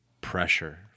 pressure